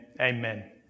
amen